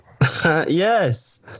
Yes